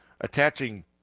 attaching